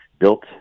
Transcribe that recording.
built